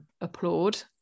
applaud